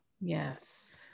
Yes